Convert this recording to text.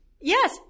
Yes